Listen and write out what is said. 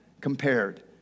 compared